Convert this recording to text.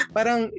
Parang